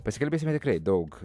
pasikalbėsime tikrai daug